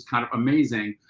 kind of amazing.